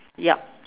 yup